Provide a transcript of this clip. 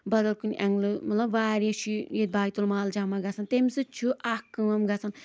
بدل کُنۍ اینگلہٕ مطلب واریاہ چھُ ییٚتہِ بیتُ المال جمع گژھان تمہِ سۭتۍ چھُ اکھ کٲم گژھان